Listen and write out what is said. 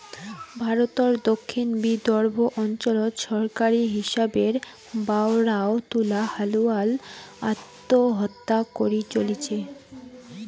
ভারতর দক্ষিণ বিদর্ভ অঞ্চলত সরকারী হিসাবের বায়রাও তুলা হালুয়ালার আত্মহত্যা করি চলিচে